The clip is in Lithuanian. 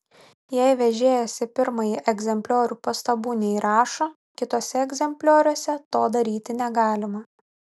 jei vežėjas į pirmąjį egzempliorių pastabų neįrašo kituose egzemplioriuose to daryti negalima